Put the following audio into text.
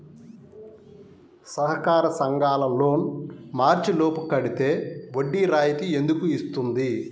సహకార సంఘాల లోన్ మార్చి లోపు కట్టితే వడ్డీ రాయితీ ఎందుకు ఇస్తుంది?